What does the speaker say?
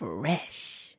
fresh